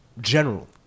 general